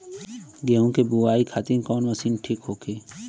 गेहूँ के बुआई खातिन कवन मशीन ठीक होखि?